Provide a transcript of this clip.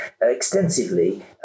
extensively